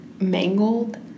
mangled